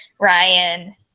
Ryan